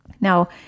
Now